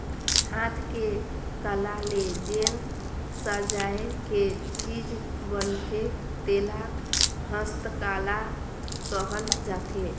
हाथ के कला ले जेन सजाए के चीज बनथे तेला हस्तकला कहल जाथे